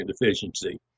deficiency